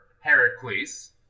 Heracles